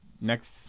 next